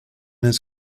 his